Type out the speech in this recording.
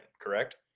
Correct